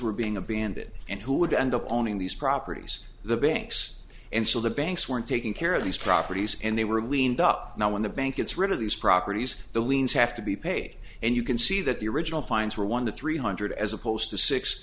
were being a banded and who would end up owning these properties the banks and so the banks weren't taking care of these properties and they were leaned up now when the bank gets rid of these properties the liens have to be paid and you can see that the original fines were one to three hundred as opposed to six